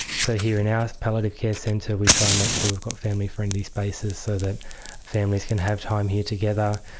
so here in our palliative care centre we try and make sure we've got family friendly spaces so that families can have time here together,